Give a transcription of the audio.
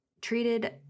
treated